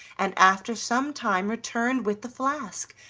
and after some time returned with the flask,